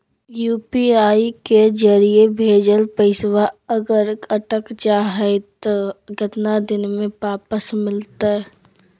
UPI के जरिए भजेल पैसा अगर अटक जा है तो कितना दिन में वापस मिलते?